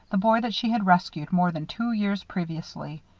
the boy that she had rescued more than two years previously.